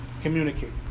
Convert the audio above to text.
communicate